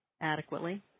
adequately